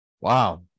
Wow